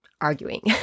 arguing